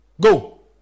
Go